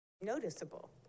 noticeable